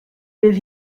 bydd